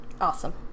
Awesome